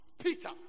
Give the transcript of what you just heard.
Peter